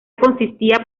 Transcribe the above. consistía